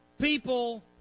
People